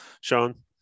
Sean